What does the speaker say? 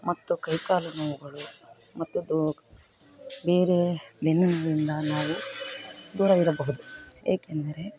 ಮತ್ತು ಕೈಕಾಲು ನೋವುಗಳು ಮತ್ತದು ಬೇರೆ ಬೆನ್ನು ನೋವಿನಿಂದ ನೋವು ದೂರ ಇರಬಹುದು ಏಕೆಂದರೆ